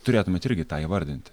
turėtumėt irgi tą įvardinti